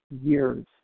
years